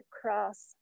cross